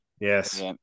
Yes